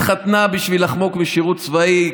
התחתנה בשביל לחמוק משירות צבאי,